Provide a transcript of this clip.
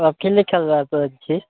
तऽ अकेले चलि जाइ पड़ै छै